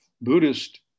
buddhist